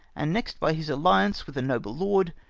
and next by his alliance with a noble lord,